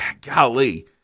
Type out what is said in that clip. Golly